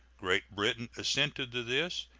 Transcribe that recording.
great britain assented to this,